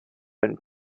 been